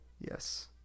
Yes